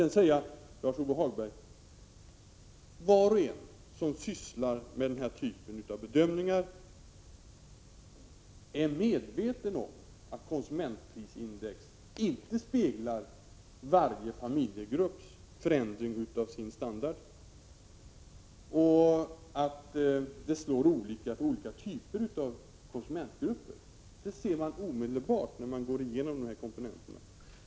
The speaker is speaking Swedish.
Låt mig säga till Lars-Ove Hagberg att, var en och en som sysslar med denna typ av bedömningar är medveten om att konsumentprisindex inte speglar förändringen av standard för varje familjegrupp, och att det slår olika på olika typer av konsumentgrupper. Det framgår omedelbart när man går igenom dessa komponenter.